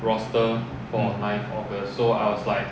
the rooster for ninth august so I was like